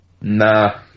Nah